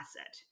asset